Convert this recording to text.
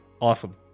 Awesome